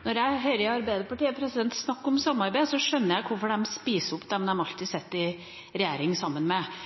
Når jeg hører Arbeiderpartiet snakke om samarbeid, skjønner jeg hvorfor de alltid spiser opp dem de sitter i regjering sammen med,